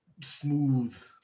smooth